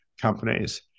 companies